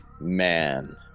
man